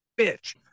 bitch